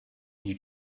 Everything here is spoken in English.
you